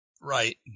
right